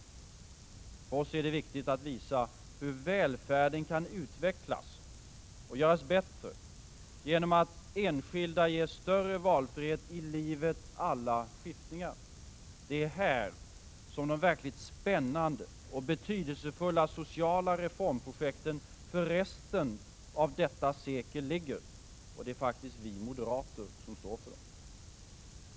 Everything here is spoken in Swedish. För oss är det viktigt att visa hur välfärden kan utvecklas och göras bättre genom att enskilda ges större valfrihet i livets alla skiftningar. Det är här som de verkligt spännande och betydelsefulla sociala reformprojekten för resten av detta sekel ligger — och det är vi moderater som står för dem.